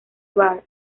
barr